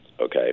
okay